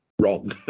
wrong